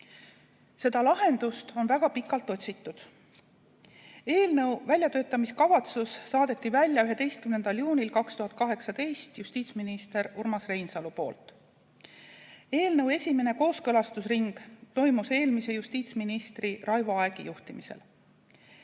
Seda lahendust on väga pikalt otsitud. Eelnõu väljatöötamise kavatsuse saatis välja 11. juunil 2018 justiitsminister Urmas Reinsalu. Eelnõu esimene kooskõlastusring toimus eelmise justiitsministri Raivo Aegi juhtimisel.